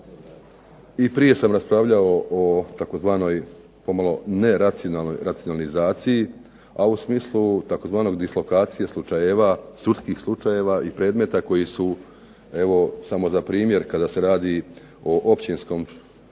I prije sam raspravljao o tzv. pomalo neracionalnoj racionalizaciji, a u smislu tzv. dislokacije slučajeva, sudskih slučajeva i predmeta koji su evo samo za primjer kada se radi o općinskim sudovima